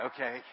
Okay